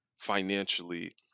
financially